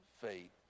fate